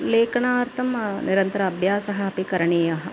लेखनार्थं निरन्तर अभ्यासः अपि करणीयः